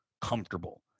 comfortable